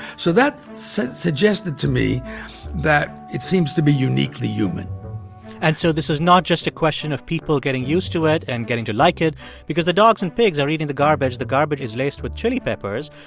so that suggested to me that it seems to be uniquely human and so this is not just a question of people getting used to it and getting to like it because the dogs and pigs are eating the garbage. the garbage is laced with chili peppers.